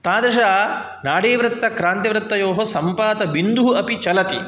तादृशनाडीवृत्तक्रान्तिवृत्तयोः सम्पातबिन्दुः अपि चलति